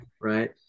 right